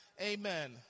amen